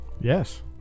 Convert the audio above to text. Yes